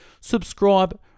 Subscribe